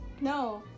No